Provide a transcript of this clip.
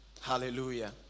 Hallelujah